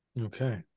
Okay